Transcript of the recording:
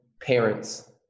parents